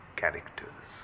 characters